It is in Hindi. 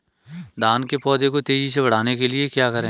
धान के पौधे को तेजी से बढ़ाने के लिए क्या करें?